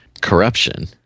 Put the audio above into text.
corruption